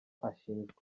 ashinjwa